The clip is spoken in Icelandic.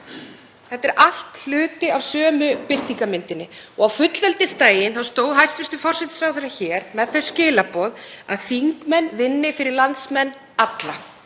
Þetta er allt hluti af sömu birtingarmyndinni. Á fullveldisdaginn stóð hæstv. forsætisráðherra hér með þau skilaboð að þingmenn ynnu fyrir landsmenn alla,